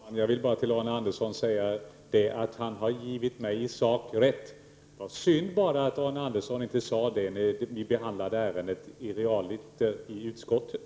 Herr talman! Jag vill bara säga till Arne Andersson i Gamleby att han i sak givit mig rätt. Det var synd att han inte gjorde det också när vi realiter behandlade ärendet i utskottet.